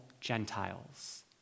Gentiles